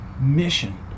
mission